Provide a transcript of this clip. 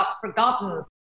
forgotten